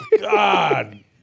God